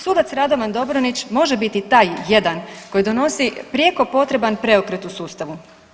Sudac Radovan Dobronić može biti taj jedan koji donosi prijeko potreban preokret u sustavu.